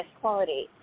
quality